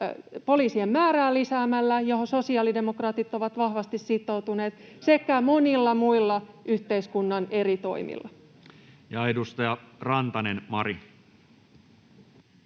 poliisien määrää lisäämällä, johon sosiaalidemokraatit ovat vahvasti sitoutuneet, että monilla muilla yhteiskunnan eri toimilla. [Perussuomalaisten